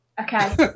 Okay